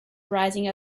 arising